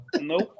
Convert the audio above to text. Nope